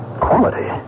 Quality